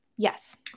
Yes